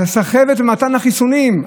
הסחבת במתן החיסונים?